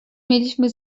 mieliśmy